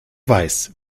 weiß